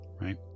right